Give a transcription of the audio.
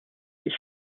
its